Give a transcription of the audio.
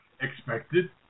Expected